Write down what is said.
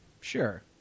Sure